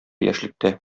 яшьлектә